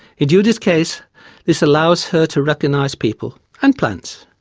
in judy's case this allows her to recognise people and plants.